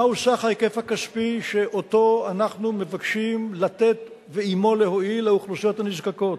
מהו סך ההיקף הכספי שאנחנו מבקשים לתת ועמו להועיל לאוכלוסיות הנזקקות.